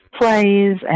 plays